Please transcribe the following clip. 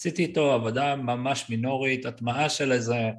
‫עשיתי איתו עבודה ממש מינורית, ‫הטמעה של איזה.